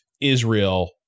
Israel –